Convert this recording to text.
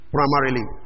Primarily